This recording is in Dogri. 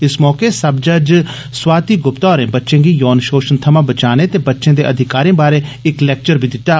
इस मौके सब जज स्वाती गुप्ता होरें बच्चें गी यौन षोशण थमां बचाने ते बच्चें दे अधिकारें बारें इक लैक्चर दित्ता